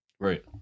Right